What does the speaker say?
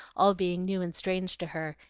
all being new and strange to her,